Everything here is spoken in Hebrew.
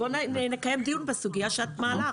נקיים דיון בסוגייה שאת מעלה.